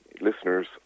listeners